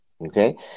Okay